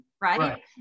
right